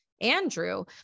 Andrew